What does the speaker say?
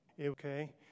okay